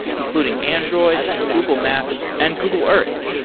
including android, google maps, and google earth.